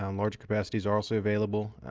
um large capacities are also available.